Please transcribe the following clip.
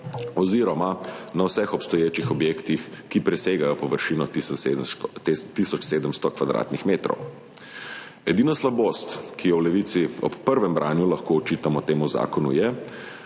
oziroma na vseh obstoječih objektih, ki presegajo površino tisoč 700 kvadratnih metrov. Edina slabost, ki jo v Levici ob prvem branju lahko očitamo temu zakonu, je,